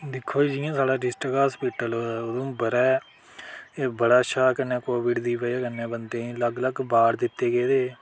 दिक्खो जियां साढ़ा डिस्ट्रिक हास्पिटल उधमपुर ऐ एह् बड़ा शा कन्नै कोविड दी वजह कन्नै बंदे गी अलग अलग बार्ड दित्ते गेदे